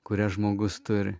kurias žmogus turi